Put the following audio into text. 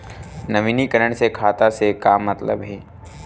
नवीनीकरण से खाता से का मतलब हे?